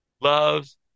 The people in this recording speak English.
loves